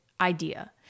idea